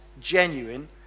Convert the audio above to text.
genuine